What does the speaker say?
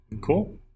cool